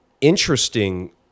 interesting